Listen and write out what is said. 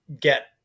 get